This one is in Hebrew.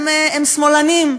הם שמאלנים.